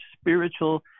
spiritual